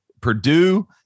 Purdue